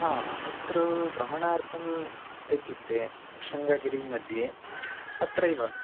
हा अत्र भ्रमणार्थम् इत्युक्ते शृङ्गगिरिमध्ये अत्रैव